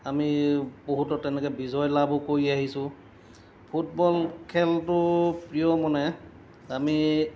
আমি বহুতত তেনেকৈ বিজয় লাভো কৰি আহিছোঁ ফুটবল খেলটো প্ৰিয় মানে আমি